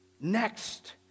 Next